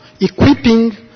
equipping